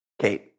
Kate